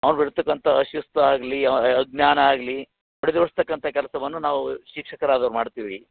ಅವ್ನಲ್ಲಿ ಇರತಕ್ಕಂಥ ಅಶಿಸ್ತು ಆಗಲೀ ಅಜ್ಞಾನ ಆಗಲೀ ಹೊಡೆದೋಡಿಸ್ತಕ್ಕಂಥ ಕೆಲಸವನ್ನು ನಾವು ಶಿಕ್ಷಕರಾದೋರು ಮಾಡ್ತೀವಿ